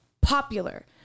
popular